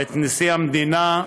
את נשיא המדינה,